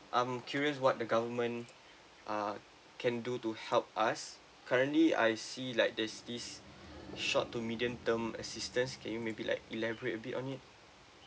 I'm curious what the government are can do to help us currently I see like there's this short to medium term assistance can you maybe like elaborate a bit on it